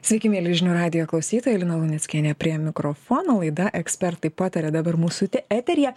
sveiki mieli žinių radijo klausytojai lina luneckienė prie mikrofono laida ekspertai pataria dabar mūsų eteryje